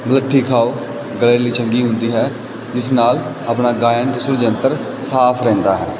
ਮੁਲੱਠੀ ਖਾਓ ਗਲੇ ਲਈ ਚੰਗੀ ਹੁੰਦੀ ਹੈ ਇਸ ਨਾਲ ਆਪਣਾ ਗਾਇਨ ਅਤੇ ਸੁਰਯੰਤਰ ਸਾਫ਼ ਰਹਿੰਦਾ ਹੈ